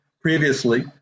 previously